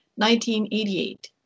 1988